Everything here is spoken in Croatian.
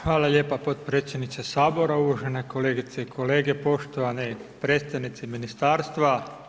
Hvala lijepa podpredsjedniče Sabora, uvažene kolegice i kolege, poštovane predstavnici Ministarstva.